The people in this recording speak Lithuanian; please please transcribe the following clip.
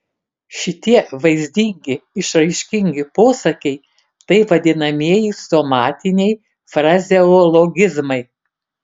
šitie vaizdingi išraiškingi posakiai tai vadinamieji somatiniai frazeologizmai